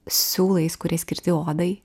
siūlais kurie skirti odai